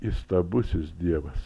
įstabusis dievas